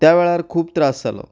त्या वेळार खूब त्रास जालो